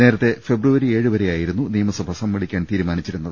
നേരത്തെ ഫെബ്രുവരി ഏഴുവരെയായിരുന്നു നിയമസഭ സമ്മേളി ക്കാൻ തീരുമാനിച്ചിരുന്നത്